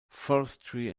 forestry